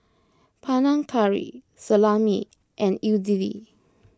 Panang Curry Salami and Idili